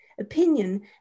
opinion